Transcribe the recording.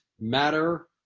matter